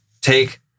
take